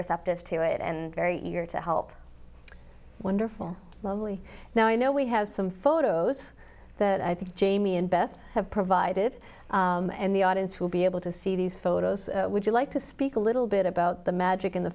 receptive to it and very eager to help wonderful mostly now i know we have some photos that i think jamie and beth have provided and the audience will be able to see these photos would you like to speak a little bit about the magic in the